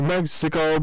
Mexico